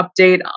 update